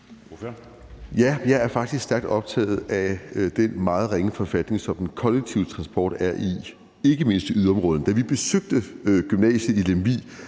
Ja, jeg er faktisk stærkt optaget af den meget ringe forfatning, som den kollektive transport er i, ikke mindst i yderområderne. Da vi besøgte gymnasiet i Lemvig,